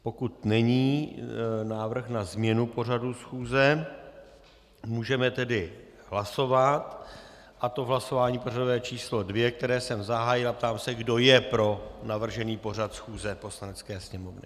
Pokud není návrh na změnu pořadu schůze, můžeme tedy hlasovat, a to v hlasování pořadové číslo 2, které jsem zahájil, a ptám se, kdo je pro navržený pořad schůze Poslanecké sněmovny.